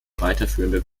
weiterführenden